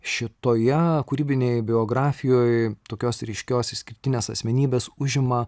šitoje kūrybinėje biografijoj tokios ryškios išskirtines asmenybes užima